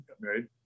married